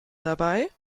dabei